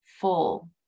full